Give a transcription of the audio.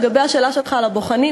לגבי השאלה שלך על הבוחנים,